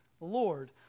Lord